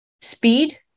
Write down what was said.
speed